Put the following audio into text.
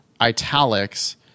italics